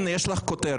הנה, יש לך כותרת.